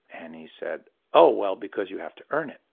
and he said oh well because you have to earn it.